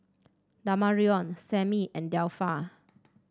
Damarion Sammie and Delpha